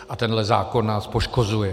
A tenhle zákon nás poškozuje.